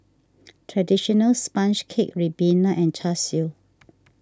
Traditional Sponge Cake Ribena and Char Siu